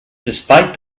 despite